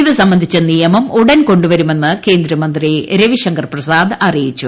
ഇത് സംബന്ധിച്ച നിയമം ഉടൻ കൊണ്ടുവരുമെന്ന് കേന്ദ്രമന്ത്രി രവിശങ്കർ പ്രസാദ് അറിയിച്ചു